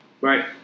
Right